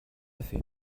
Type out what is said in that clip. fait